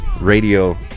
radio